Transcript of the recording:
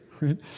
right